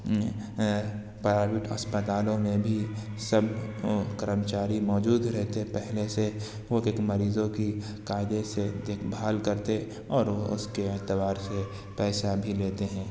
private اسپتالوں میں بھی سب کرمچاری موجود رہتے پہلے سے وہ مریضوں کی قاعدے سے دیکھ بھال کرتے اور وہ اس کے اعتبار سے پیسہ بھی لیتے ہیں